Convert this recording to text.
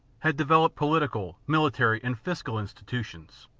had developed political, military, and fiscal institu tions.